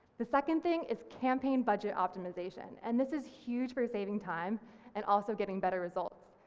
the second thing is campaign budget optimisation and this is huge for saving time and also getting better results.